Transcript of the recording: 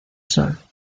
sol